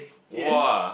!wah!